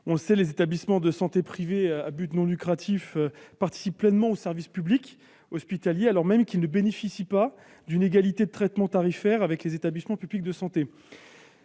On le sait, les établissements de santé privés à but non lucratif participent pleinement au service public hospitalier, alors même qu'ils ne bénéficient pas d'une égalité de traitement tarifaire avec les établissements publics de santé.